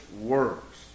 works